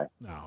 No